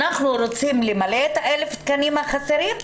אנחנו רוצים למלא את ה-1,000 תקנים החסרים,